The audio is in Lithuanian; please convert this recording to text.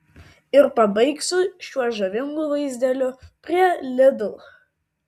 ir pabaigsiu šiuo žavingu vaizdeliu prie lidl